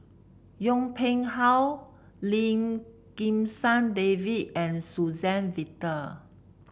Yong Pung How Lim Kim San David and Suzann Victor